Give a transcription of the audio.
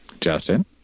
Justin